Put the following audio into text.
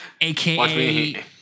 Aka